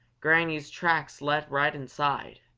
granny's tracks led right inside,